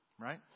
Right